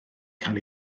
cael